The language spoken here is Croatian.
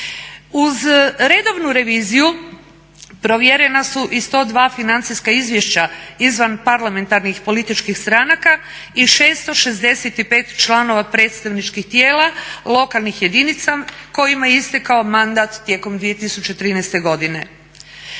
Uz redovnu reviziju provjerena su i 102 financijska izvješća izvanparlamentarnih političkih stranaka i 665 članova predstavničkih tijela lokalnih jedinica kojima je istekao mandat tijekom 2013. godine.